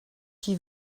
qui